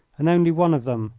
and only one of them,